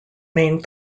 main